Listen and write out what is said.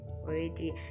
already